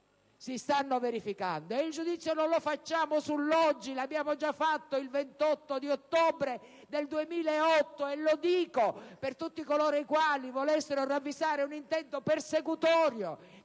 si stanno verificando. Il giudizio non lo facciamo sull'oggi; lo abbiamo già fatto il 28 ottobre del 2008 e lo dico per tutti coloro i quali volessero ravvisare un intento persecutorio